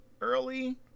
early